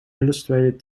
illustrated